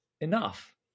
enough